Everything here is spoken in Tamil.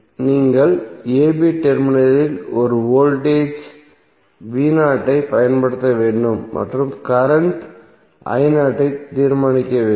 நீங்கள் a b டெர்மினலில் ஒரு வோல்டேஜ் ஐப் பயன்படுத்த வேண்டும் மற்றும் கரண்ட் ஐ தீர்மானிக்க வேண்டும்